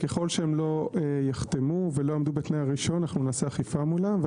וככל שהם לא יחתמו ולא יעמדו בתנאי הרשיון נעשה אכיפה מולם.